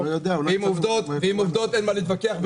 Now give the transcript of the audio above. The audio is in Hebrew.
ועם עובדות אין מה להתווכח,